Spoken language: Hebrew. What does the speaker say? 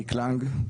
קלנג,